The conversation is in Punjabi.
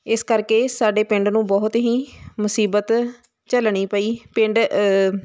ਇਸ ਕਰਕੇ ਸਾਡੇ ਪਿੰਡ ਨੂੰ ਬਹੁਤ ਹੀ ਮੁਸੀਬਤ ਝੱਲਣੀ ਪਈ ਪਿੰਡ